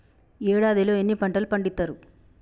ఏడాదిలో ఎన్ని పంటలు పండిత్తరు?